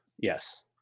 Yes